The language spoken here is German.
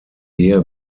ehe